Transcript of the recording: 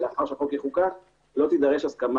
לאחר שהחוק יחוקק לא תידרש הסכמה